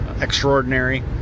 extraordinary